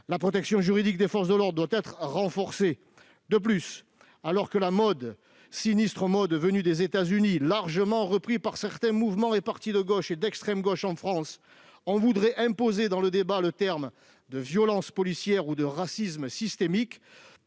La protection juridique des forces de l'ordre doit être renforcée ! De plus, alors qu'une sinistre mode venue des États-Unis et largement reprise par certains mouvements et partis de gauche et d'extrême gauche voudrait imposer dans le débat public les termes de « violences policières » et de « racisme systémique